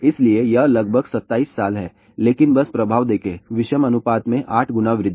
इसलिए यह लगभग 27 साल है लेकिन बस प्रभाव देखें विषम अनुपात में 8 गुना वृद्धि